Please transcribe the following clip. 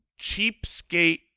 cheapskate